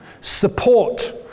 support